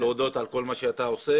אז אני רוצה להודות על כל מה שאתה עושה.